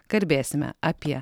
kalbėsime apie